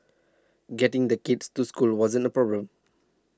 getting the kids to school wasn't a problem